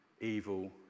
evil